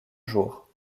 jours